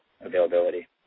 availability